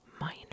minor